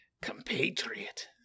compatriot